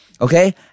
Okay